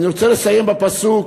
אני רוצה לסיים בפסוק: